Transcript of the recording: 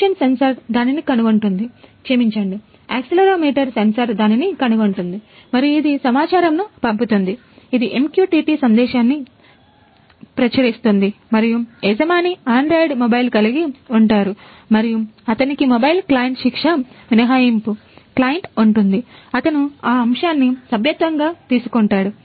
motion sensor దానిని కనుగొంటుంది మరియు ఇది సమాచారమును పంపుతుంది ఇది MQTT సందేశాన్ని ప్రచురిస్తుంది మరియు యజమాని ఆండ్రాయిడ్ మొబైల్ కలిగి ఉంటారు మరియు అతనికి మొబైల్ క్లయింట్ శిక్ష మినహాయింపు క్లయింట్ ఉంటుంది అతను ఆ అంశాని సభ్యత్వం గా తీసుకుంటాడు